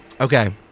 Okay